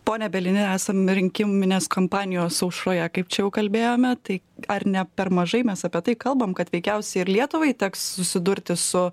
pone bielini esam rinkiminės kompanijos aušroje kaip čia jau kalbėjome tai ar ne per mažai mes apie tai kalbam kad veikiausiai ir lietuvai teks susidurti su